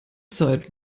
zeit